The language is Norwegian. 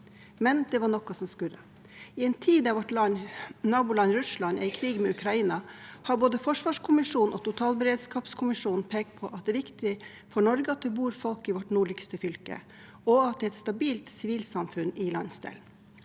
Men det var noe som skurret. I en tid der vårt naboland Russland er i krig med Ukraina, har både forsvarskommisjonen og totalberedskapskommisjonen pekt på at det er viktig for Norge at det bor folk i vårt nordligste fylke, og at det er et stabilt sivilsamfunn i landsdelen.